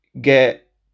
get